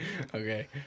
okay